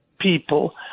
people